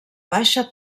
baixa